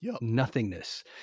nothingness